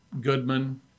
Goodman